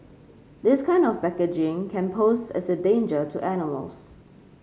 this kind of packaging can pose as a danger to animals